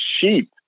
sheep